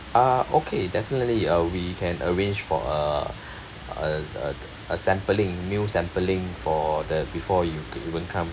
uh okay definitely uh we can arrange for uh uh a a sampling meal sampling for the before you could even come